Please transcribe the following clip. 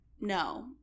No